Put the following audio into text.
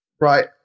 right